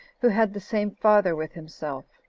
who had the same father with himself.